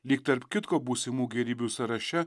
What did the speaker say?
lyg tarp kitko būsimų gėrybių sąraše